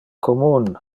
commun